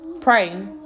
pray